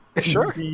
Sure